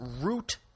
root